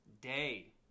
day